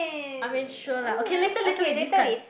I mean sure like okay later later we discuss